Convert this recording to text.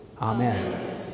Amen